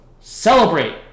celebrate